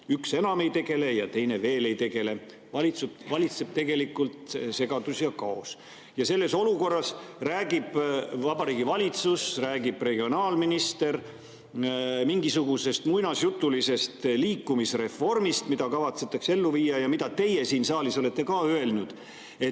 Üks enam ei tegele ja teine veel ei tegele. Valitseb segadus ja kaos. Selles olukorras räägib Vabariigi Valitsus, räägib regionaalminister mingisugusest muinasjutulisest liikuvusreformist, mida kavatsetakse ellu viia. Ja teie siin saalis olete öelnud, et